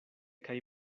kaj